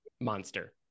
Monster